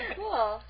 cool